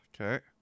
Okay